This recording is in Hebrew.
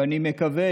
ואני מקווה,